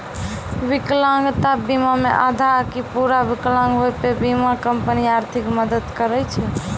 विकलांगता बीमा मे आधा आकि पूरा विकलांग होय पे बीमा कंपनी आर्थिक मदद करै छै